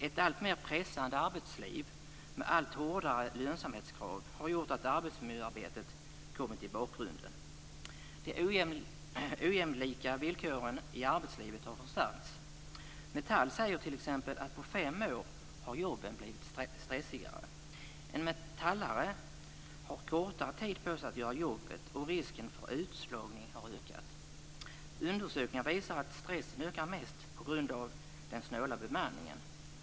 Ett alltmer pressande arbetsliv, med allt hårdare lönsamhetskrav, har gjort att arbetsmiljöarbetet har kommit i bakgrunden. De ojämlika villkoren i arbetslivet har förstärkts. Metall säger t.ex. att på fem år har jobben blivit stressigare. En metallare har kortare tid på sig att göra jobbet, och risken för utslagning har ökat. Undersökningar visar att stressen ökar mest på grund av snål bemanning.